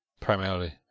Primarily